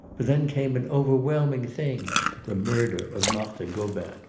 but then came an overwhelming thing the murder of marthe gobin.